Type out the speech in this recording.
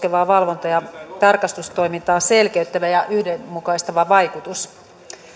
koskevaa poliisin valvonta ja tarkastustoimintaa selkeyttävä ja yhdenmukaistava vaikutus